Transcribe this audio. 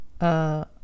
Uh